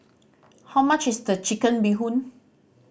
how much is the Chicken Bee Hoon